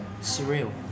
Surreal